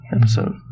episode